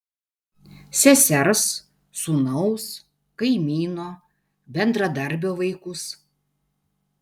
sesers sūnaus kaimyno bendradarbio vaikus